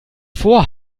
vor